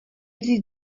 vzít